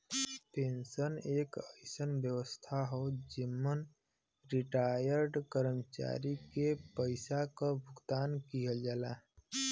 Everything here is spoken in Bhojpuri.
पेंशन एक अइसन व्यवस्था हौ जेमन रिटार्यड कर्मचारी के पइसा क भुगतान किहल जाला